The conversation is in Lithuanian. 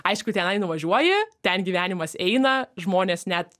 aišku tenai nuvažiuoji ten gyvenimas eina žmonės net